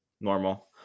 normal